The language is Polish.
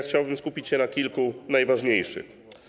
Chciałbym skupić się na kilku najważniejszych.